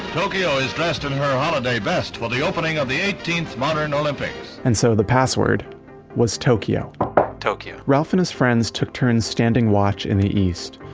tokyo is in her holiday best for the opening of the eighteenth modern olympics and so the password was tokyo tokyo ralph and his friends took turns standing watched in the east,